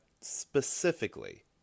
specifically